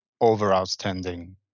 over-outstanding